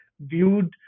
viewed